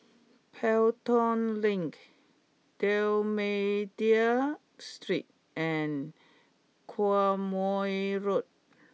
Pelton Link D'almeida Street and Quemoy Road